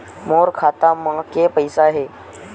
मोर खाता म के पईसा हे?